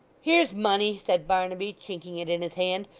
here's money said barnaby, chinking it in his hand,